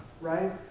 right